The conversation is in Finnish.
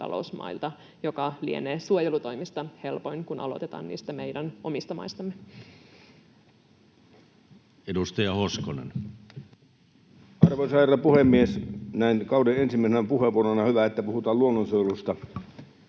mikä lienee suojelutoimista helpoin, kun aloitetaan niistä meidän omista maistamme. Edustaja Hoskonen. Arvoisa herra puhemies! Näin kauden ensimmäisenä puheenvuorona on hyvä, että puhutaan luonnonsuojelusta.